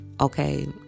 Okay